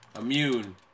Immune